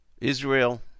Israel